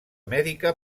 mèdica